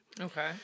Okay